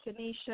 Tanisha